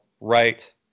right